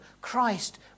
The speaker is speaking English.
Christ